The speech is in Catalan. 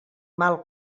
mal